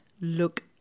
look